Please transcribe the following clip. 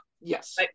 Yes